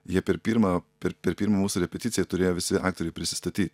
jie per pirmą per per pirmą mūsų repeticiją turėjo visi aktoriai prisistaty